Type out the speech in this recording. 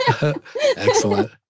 Excellent